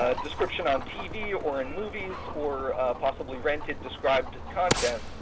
ah description on tv or in movies or possibly rented described content,